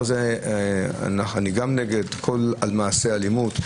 אני גם נגד מעשי אלימות.